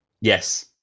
Yes